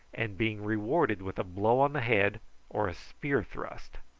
and being rewarded with a blow on the head or a spear thrust.